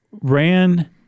ran